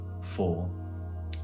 four